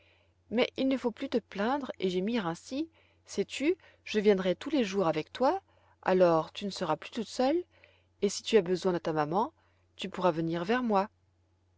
mais il ne faut plus te plaindre et gémir ainsi sais-tu je viendrai tous les jours avec toi alors tu ne seras plus toute seule et si tu as besoin de ta maman tu pourras venir vers moi